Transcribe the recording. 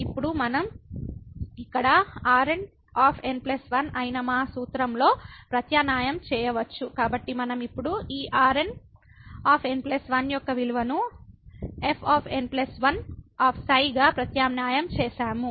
ఇప్పుడు మనం ఇక్కడ Rnn1 అయిన మా సూత్రంలో ప్రత్యామ్నాయం చేయవచ్చు కాబట్టి మనం ఇప్పుడు ఈ Rn n 1 యొక్క విలువను f n 1 ξ గా ప్రత్యామ్నాయం చేసాము